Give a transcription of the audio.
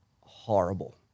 horrible